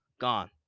Gone